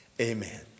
Amen